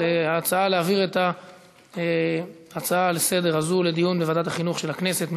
על ההצעה להעביר את ההצעה הזאת לסדר-היום לדיון בוועדת החינוך של הכנסת.